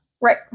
Right